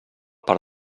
per